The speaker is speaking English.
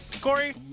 Corey